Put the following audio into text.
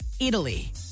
Italy